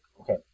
okay